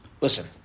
listen